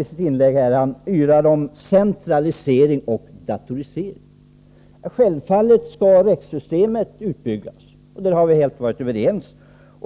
I sitt inlägg här yrade Agne Hansson om centralisering och datorisering. Självfallet skall rättssystemet byggas ut. Det har vi varit helt överens om.